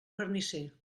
carnisser